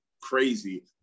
crazy